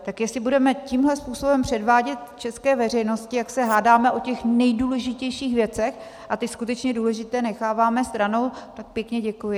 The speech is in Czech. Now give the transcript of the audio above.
Tak jestli budeme tímhle způsobem předvádět české veřejnosti, jak se hádáme o těch nejdůležitějších věcech a ty skutečně důležité necháváme stranou, tak pěkně děkuji.